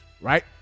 right